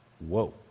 Whoa